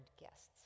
guests